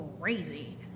crazy